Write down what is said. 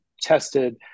tested